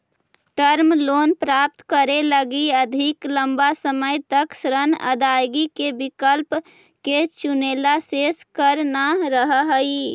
term loan प्राप्त करे लगी अधिक लंबा समय तक ऋण अदायगी के विकल्प के चुनेला शेष कर न रहऽ हई